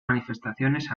manifestaciones